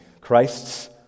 Christ's